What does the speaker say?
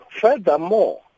Furthermore